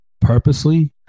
purposely